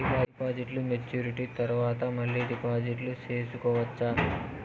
డిపాజిట్లు మెచ్యూరిటీ తర్వాత మళ్ళీ డిపాజిట్లు సేసుకోవచ్చా?